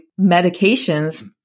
medications